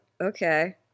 okay